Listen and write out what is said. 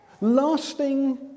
lasting